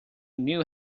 knew